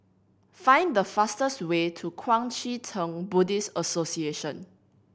find the fastest way to Kuang Chee Tng Buddhist Association